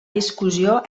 discussió